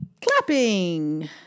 Clapping